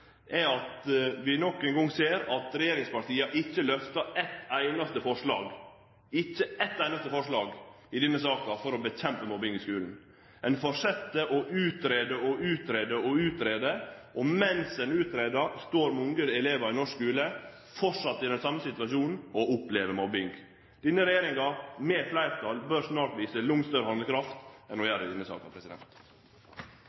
er at vi nok ein gong ser at regjeringspartia ikkje lyfter fram eit einaste forslag i denne saka for å nedkjempe mobbing i skulen. Ein fortset med å utgreie og utgreie, og mens ein utgreier, står mange elevar i norsk skule framleis i den same situasjonen og opplever mobbing. Denne regjeringa med fleirtal bør snart vise langt større handlekraft enn ho gjer i denne saka. Presidenten antar at representanten hadde til hensikt å